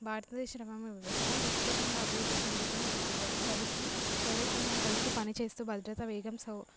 భారతదేశ రవాణా వ్యవస్థ విస్తృతంగా అభివృద్ధి చెందుతూ ఉంది ప్రభుత్వం ప్రైవేట్ రంగం కలిసి పని చేస్తూ భద్రత వేగం సౌ